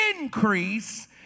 increase